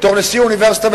בתור נשיא אוניברסיטה,